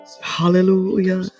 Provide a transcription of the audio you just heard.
Hallelujah